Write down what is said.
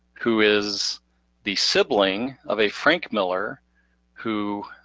who is the sibling of a frank miller who